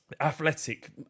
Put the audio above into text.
Athletic